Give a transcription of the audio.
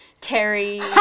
Terry